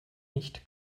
nicht